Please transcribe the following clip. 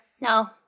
No